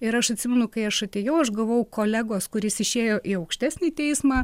ir aš atsimenu kai aš atėjau aš gavau kolegos kuris išėjo į aukštesnį teismą